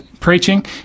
preaching